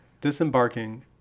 Disembarking